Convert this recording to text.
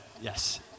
Yes